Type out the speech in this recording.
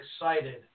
excited